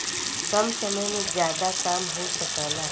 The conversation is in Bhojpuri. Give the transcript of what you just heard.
कम समय में जादा काम हो सकला